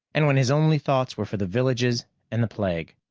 and when his only thoughts were for the villages and the plague.